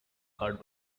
hard